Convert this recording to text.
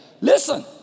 Listen